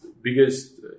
biggest